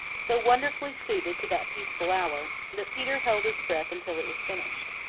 so wonderfully suited to that peaceful hour, that peter held his breath until it was finished.